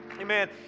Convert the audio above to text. Amen